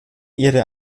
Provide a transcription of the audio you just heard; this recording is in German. ihre